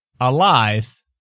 alive